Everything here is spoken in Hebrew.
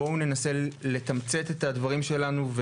בוא ננסה לתמצת את הדברים שלנו,